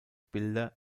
bilder